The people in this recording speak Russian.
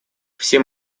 все